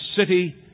City